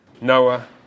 Noah